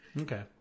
Okay